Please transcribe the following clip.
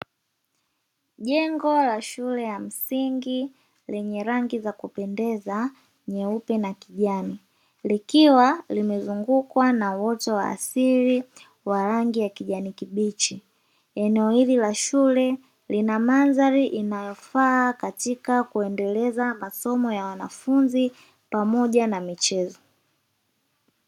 Jengo la shule ya msingi lenye rangi za kupendeza nyeupe na kijani likiwa limezungukwa na uongo wa asili wa rangi ya kijani kibichi. Eneo hili la shule lina mandhari inayofaa katika kuendeleza masomo ya wanafunzi pamoja na michezo.